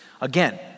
Again